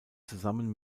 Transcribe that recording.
zusammen